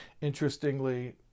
Interestingly